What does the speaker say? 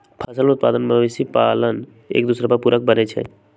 फसल उत्पादन, मवेशि पोशण, एकदोसर के पुरक बनै छइ